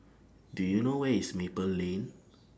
Do YOU know Where IS Maple Lane